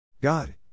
God